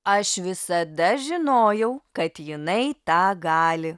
aš visada žinojau kad jinai tą gali